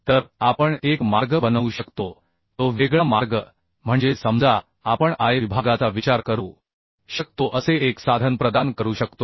तर आपण एक मार्ग बनवू शकतो तो वेगळा मार्ग म्हणजे समजा आपण I विभागाचा विचार करू शकतो असे एक साधन प्रदान करू शकतो